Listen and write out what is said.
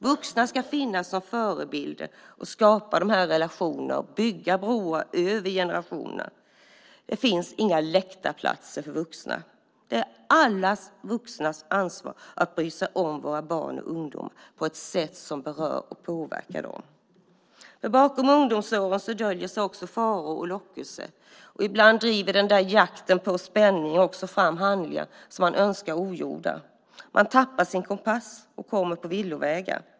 Vuxna ska finnas som förebilder och skapa relationer och bygga broar över generationer. Det finns inga läktarplatser för vuxna. Det är alla vuxnas ansvar att bry sig om våra barn och ungdomar på ett sätt som berör och påverkar dem. Under ungdomsåren finns också faror och lockelser. Ibland driver jakten på spänning fram handlingar som man önskar ogjorda. Man tappar sin kompass och kommer på villovägar.